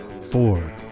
Four